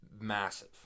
massive